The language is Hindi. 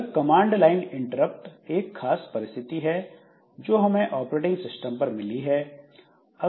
यह कमांड लाइन इंटरप्ट एक खास परिस्थिति है जो हमें ऑपरेटिंग सिस्टम पर मिली है